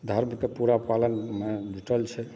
धर्मक पूरा पालनमे जुटल छै